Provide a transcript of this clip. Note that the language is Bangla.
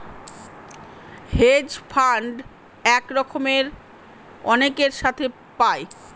হেজ ফান্ড এক রকমের অনেকের সাথে পায়